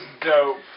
dope